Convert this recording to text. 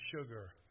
sugar